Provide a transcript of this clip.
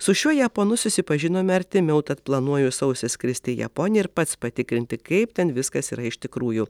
su šiuo japonu susipažinome artimiau tad planuoju sausį skristi į japoniją ir pats patikrinti kaip ten viskas yra iš tikrųjų